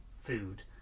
food